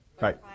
Right